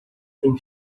tem